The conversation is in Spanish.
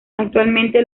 actualmente